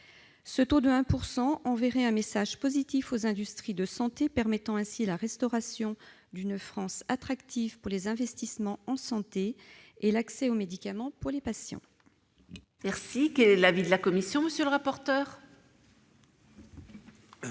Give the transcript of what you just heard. Ce taux de 1 % enverrait un message positif aux industries de santé, permettant ainsi la restauration d'une France attractive pour les investissements dans le domaine de la santé et l'accès aux médicaments pour les patients. Quel est l'avis de la commission ? Nous devons